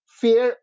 fear